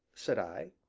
said i.